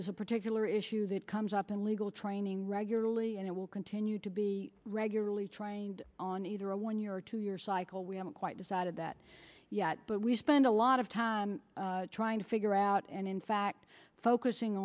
as a particular issue that comes up in legal training regularly and it will continue to be regularly trained on either a one year or two year cycle we haven't quite decided that yet but we spend a lot of time trying to figure out and in fact focusing